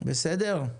בסדר.